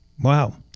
wow